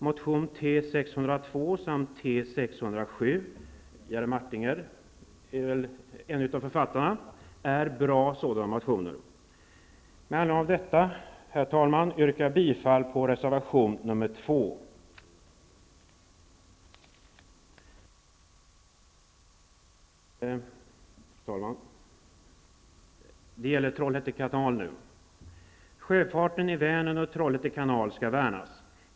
Motion T602 samt T607 med Jerry Martinger som en av författarna är bra motioner. Herr talman! Med anledning av detta yrkar jag bifall till reservation nr 2. Fru talman! Nu gäller det Trollhätte kanal. Sjöfarten i Vänern och Trollhätte kanal skall värnas.